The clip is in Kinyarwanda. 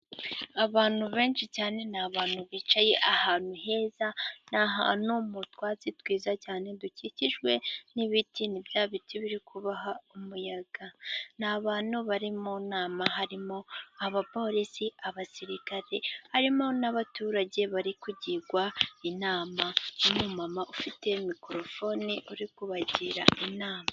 Abantu benshi cyane, ni abantu bicaye ahantu heza, ni ahantutu mutwatsi twiza cyane, dukikijwe n'ibiti, ni bya biti biri kubaha umuyaga. Ni abantu bari mu nama harimo abaporisi, abasirikare, harimo n'abaturage bari kugirwa inama, n'umumama ufite mikorofoni uri kubagira inama.